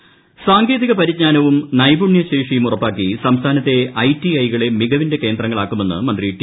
രാമകൃഷ്ണൻ ഇൻട്രോ സാങ്കേതിക പരിജ്ഞാനവും നൈപുണ്യശേഷിയും ഉറപ്പാക്കി സംസ്ഥാനത്തെ ഐടിഐകളെ മികവിന്റെ കേന്ദ്രങ്ങളാക്കുമെന്ന് മന്ത്രി ടി